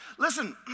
Listen